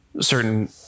certain